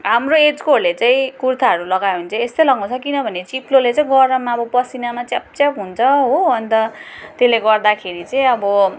हाम्रो एजकोहरूले चाहिँ कुर्तीहरू लगायो भने चाहिँ यस्तै लगाउँछ किनभने चिप्लोले चाहिँ गरममा अब पसिनामा च्याप च्याप हुन्छ हो अन्त तेल्ले गर्दाखेरि चैँ आबो एस्तो